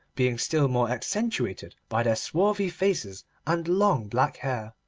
being still more accentuated by their swarthy faces and long black hair.